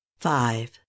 five